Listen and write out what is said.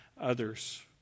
Others